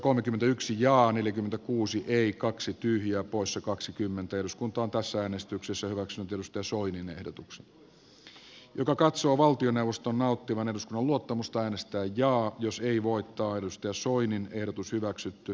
pikahallituksen edessä olevat ongelmat ovat niin suuria että konsensuspuolueilla ei ole rohkeutta eikä keinoja niiden ratkaisemiseen vaan edessä on väistämätön putous ja laillinenkin perusta on hatara